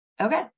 Okay